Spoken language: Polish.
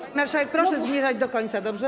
Pani marszałek, proszę zmierzać do końca, dobrze?